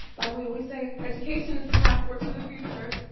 like we always say, education is the passport to the future.